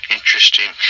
Interesting